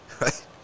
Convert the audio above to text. right